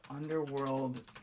Underworld